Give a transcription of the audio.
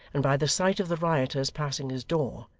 and by the sight of the rioters passing his door,